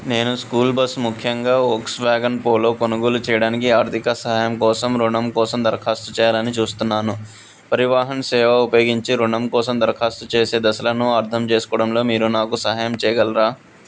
నేను school bus ముఖ్యంగా Volkswagen Polo కొనుగోలు చేయడానికి ఆర్థిక సహాయం కోసం రుణం కోసం దరఖాస్తు చేయాలని చూస్తున్నాను పరివాహన్ సేవ ఉపయోగించి ఋణం కోసం దరఖాస్తు చేసే దశలను అర్థం చేసుకోవడంలో మీరు నాకు సహాయం చేయగలరా